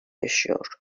yaşıyor